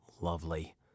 Lovely